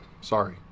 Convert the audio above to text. sorry